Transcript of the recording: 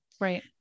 Right